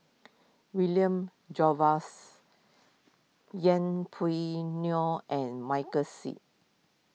William Jervois Yeng Pway Ngon and Michael Seet